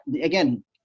Again